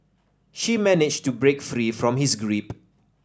she managed to break free from his grip